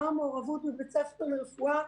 גם המעורבות בבית הספר לרפואה,